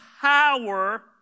power